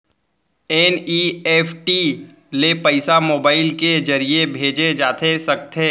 NEFT ले पइसा mobile के ज़रिए भेजे जाथे सकथे?